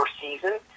season